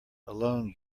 alone